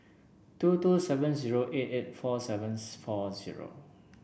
two two seven zero eight eight four seventh four zero